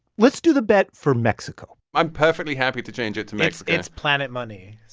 let's do the bet for mexico i'm perfectly happy to change it to mexico it's planet money